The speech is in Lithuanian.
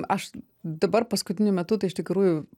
aš dabar paskutiniu metu tai iš tikrųjų